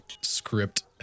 script